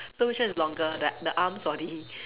so which one is longer the the arms or the